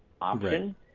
option